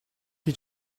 chi